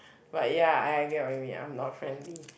but ya I get what you mean I'm not friendly